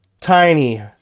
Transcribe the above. tiny